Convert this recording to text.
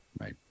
Right